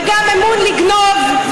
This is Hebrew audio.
וגם אמון לגנוב,